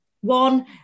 one